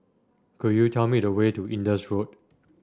could you tell me the way to Indus Road